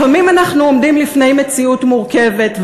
לפעמים אנחנו עומדים לפני מציאות מורכבת,